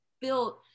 built